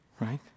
right